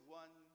one